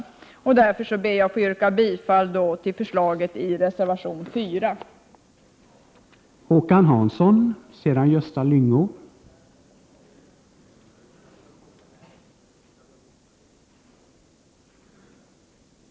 Jag ber därför att få yrka bifall till förslaget i reservation nr 5.